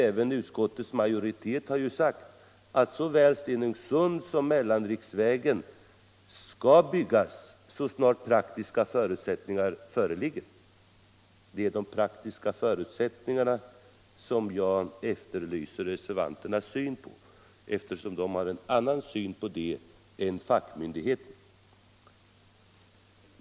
Även utskottets majoritet har ju sagt att såväl E 6 vid Stenungsund som mellanriksvägen skall byggas så snart praktiska förutsättningar föreligger. Det är de praktiska förutsättningarna som jag efterlyser reservanternas syn på, eftersom reservanterna har en annan syn på det än fackmyndigheten.